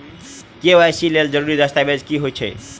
KYC लेल जरूरी दस्तावेज की होइत अछि?